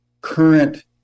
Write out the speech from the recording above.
current